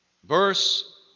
Verse